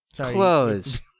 Close